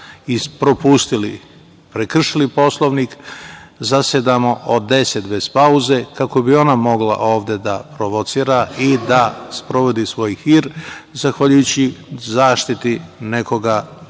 ispropustili, prekršili Poslovnik, zasedamo od 10.00 časova bez pauze, kako bi ona mogla ovde da provocira i da sprovodi svoj hir zahvaljujući zaštiti nekoga